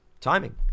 Timing